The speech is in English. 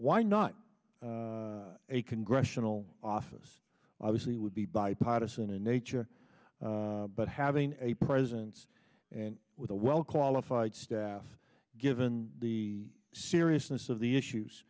why not a congressional office obviously would be bipartisan in nature but having a presence and with a well qualified staff given the seriousness of the issues